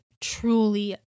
truly